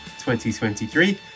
2023